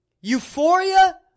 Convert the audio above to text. Euphoria